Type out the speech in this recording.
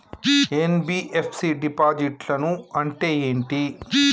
NBFC డిపాజిట్లను అంటే ఏంటి?